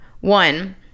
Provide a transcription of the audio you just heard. One